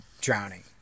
drowning